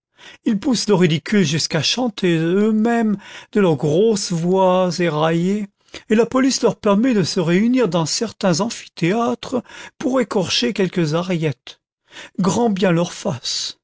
ils poussent le ridicule jusqu'à chanter eux-mêmes de leur grosse voix éraillée et la police leur permet de se réunir dans certains amphithéâtres pour écorcher quelques ariettes grand bien leur fasse